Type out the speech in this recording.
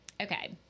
Okay